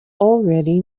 already